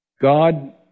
God